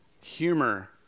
humor